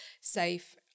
safe